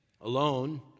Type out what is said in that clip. Alone